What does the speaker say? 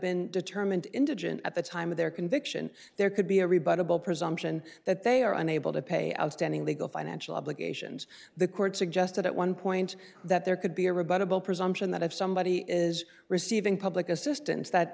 been determined indigent at the time of their conviction there could be a rebuttal presumption that they are unable to pay outstanding legal financial obligations the court suggested at one point that there could be a rebuttable presumption that if somebody is receiving public assistance that